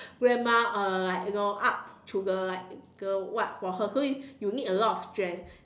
grandma uh like you know up to the like the what for her so you you need a lot of strength